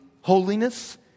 Holiness